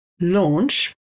launch